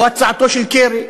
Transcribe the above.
או הצעתו של קרי.